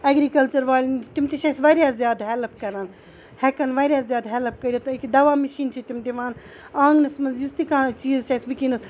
agriculture والٮ۪ن تِم تہِ چھِ اَسہِ واریاہ زیادٕ ہیٚلٕپ کَران ہیٚکَن واریاہ زیادٕ ہیٚلٕپ کٔرِتھ تہٕ أکہِ دَوا مِشیٖن چھِ تِم دِوان آنٛگنَس منٛز یُس تہِ کانٛہہ چیٖز چھِ اَسہِ وٕنکیٚنَس